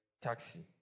taxi